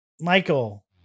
Michael